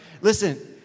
Listen